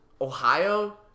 Ohio